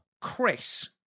Chris